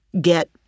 get